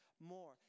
more